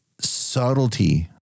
subtlety